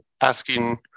asking